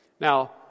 Now